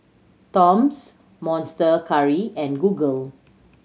Toms Monster Curry and Google